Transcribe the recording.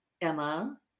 Emma